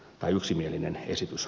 tai yksimielinen esitys